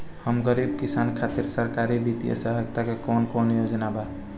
हम गरीब किसान खातिर सरकारी बितिय सहायता के कवन कवन योजना बा?